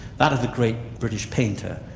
that of the great british painter,